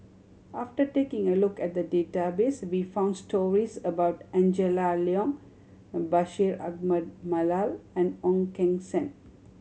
after taking a look at database we found stories about Angela Liong and Bashir Ahmad Mallal and Ong Keng Sen